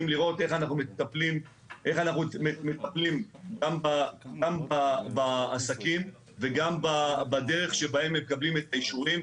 לראות איך אנחנו מטפלים גם בעסקים וגם בדרך שבהם הם מקבלים את האישורים.